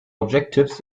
objectives